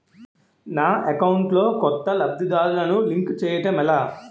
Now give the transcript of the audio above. నా అకౌంట్ లో కొత్త లబ్ధిదారులను లింక్ చేయటం ఎలా?